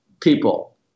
people